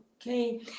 Okay